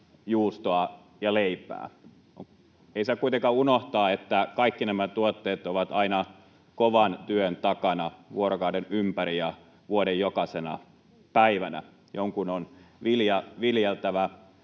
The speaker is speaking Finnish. juustoa ja leipää. Ei saa kuitenkaan unohtaa, että kaikki nämä tuotteet ovat aina kovan työn takana vuorokauden ympäri ja vuoden jokaisena päivänä. Jonkun on vilja